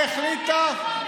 אתה לא יודע את החומר.